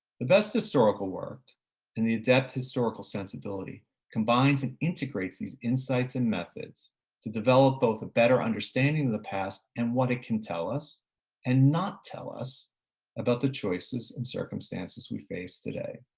the best historical work and the adept historical sensibility combines and integrates these insights and methods to develop both a better understanding of the past and what it can tell us and not tell us about the choices and circumstances we face today